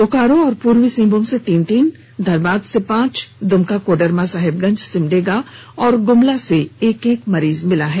बोकारो और पूर्वी सिंहभूम से तीन तीन धनबाद से पांच दुमका कोडरमा साहिबगंज सिमडेगा और गुमला से एक एक मरीज मिले हैं